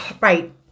Right